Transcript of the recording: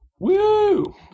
Woo